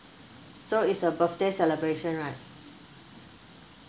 so it's a birthday celebration right